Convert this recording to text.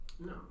No